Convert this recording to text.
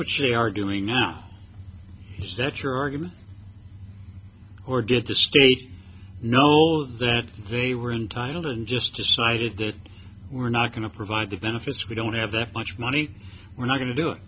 which they are doing now is that your argument or did the state know that they were entitled and just decided that we're not going to provide the benefits we don't have that much money we're not going to do it